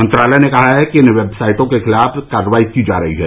मंत्रालय ने कहा है कि इन वेबसाइटों के खिलाफ कार्रवाई की जा रही है